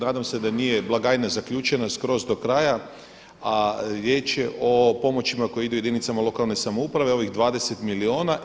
Nadam se da nije blagajna zaključena skroz do kraja, a riječ je o pomoćima koje idu jedinicama lokalne samouprave, ovih 20 milijuna.